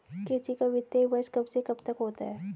कृषि का वित्तीय वर्ष कब से कब तक होता है?